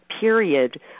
period